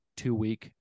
two-week